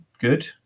good